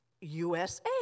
USA